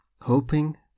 hoping